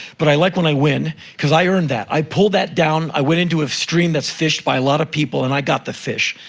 but i like when i win, cause i earned that. i pulled that down, i went into as stream that's fished by a lot of people and i got the fish.